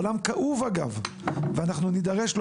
עולם כאוב אגב ונדרש לו,